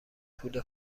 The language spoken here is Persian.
پول